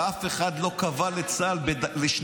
ואף אחד לא כבל את צה"ל לשנייה,